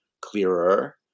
clearer